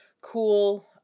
cool